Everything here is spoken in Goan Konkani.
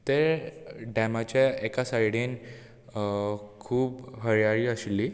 ते डेमाच्या एका सायडीन खूब हरयाळी आशिल्ली